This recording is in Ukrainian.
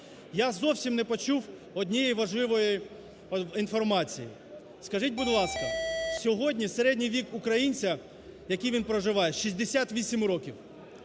Я зовсім не почув однієї важливої інформації. Скажіть, будь ласка, сьогодні середній вік українця, який він проживає, 68 років.